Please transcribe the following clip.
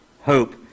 hope